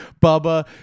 Bubba